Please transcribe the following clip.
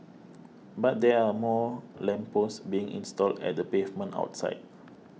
but there are more lamp posts being installed at the pavement outside